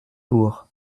bourg